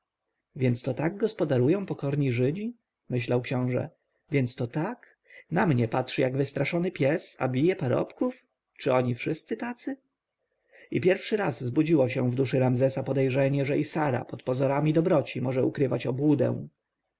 więc to tak gospodarują pokorni żydzi myślał książę więc to tak na mnie patrzy jak wystraszony pies a bije parobków czy oni wszyscy tacy i pierwszy raz zbudziło się w duszy ramzesa podejrzenie że i sara pod pozorami dobroci może ukrywać obłudę